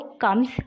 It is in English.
comes